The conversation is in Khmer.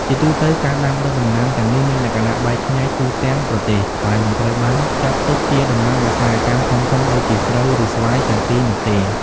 ជាទូទៅ ការដាំដុះដំណាំទាំងនេះមានលក្ខណៈបែកខ្ញែកទូទាំងប្រទេស ហើយមិនត្រូវបានចាត់ទុកជាដំណាំឧស្សាហកម្មធំៗដូចជាស្រូវ ឬស្វាយចន្ទីនោះទេ។